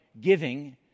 giving